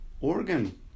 organ